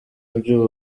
by’u